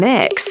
Mix